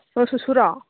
ꯁꯣ ꯁꯨꯁꯨꯔꯣ